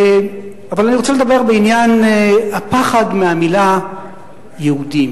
אבל אני רוצה לדבר בעניין הפחד מהמלה יהודים.